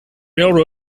near